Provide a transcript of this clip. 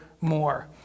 more